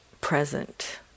present